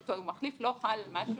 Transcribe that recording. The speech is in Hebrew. שאותו הוא מחליף, לא חל על משהו,